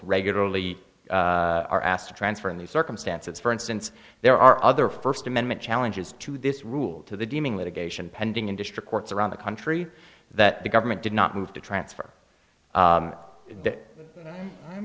regularly are asked to transfer in these circumstances for instance there are other first amendment challenges to this rule to the deeming litigation pending in district courts around the country that the government did not move to transfer